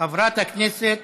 חברת הכנסת